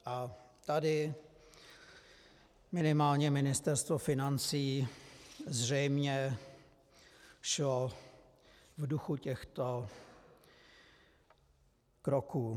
A tady minimálně Ministerstvo financí zřejmě šlo v duchu těchto kroků.